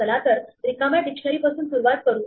चला तर रिकाम्या डिक्शनरी पासून सुरुवात करू